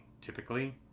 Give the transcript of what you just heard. typically